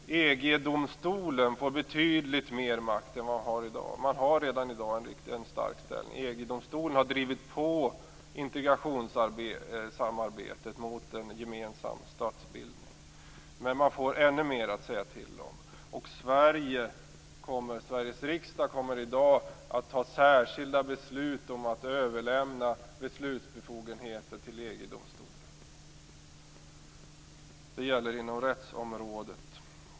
EG-domstolen får betydligt mer makt än man har i dag, och man har redan i dag en stark ställning. EG domstolen har drivit på integrationssamarbetet mot en gemensam statsbildning. Men man får ännu mer att säga till om. Sveriges riksdag kommer i dag att ta särskilda beslut om att överlämna beslutsbefogenheter till EG-domstolen. Det gäller inom rättsområdet.